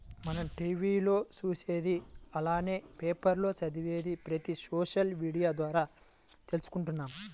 మనం టీవీ లో చూసేది అలానే పేపర్ లో చదివేది ప్రతిది సోషల్ మీడియా ద్వారా తీసుకుంటున్నాము